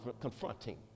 confronting